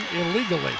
illegally